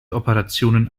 operationen